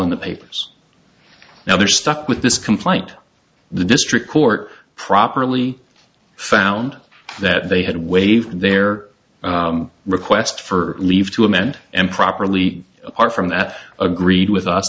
in the papers now they're stuck with this complaint the district court properly found that they had waived their request for leave to amend and properly are from that agreed with us